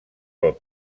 pel